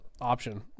option